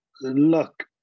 look